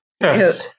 Yes